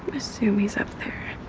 assume he's up there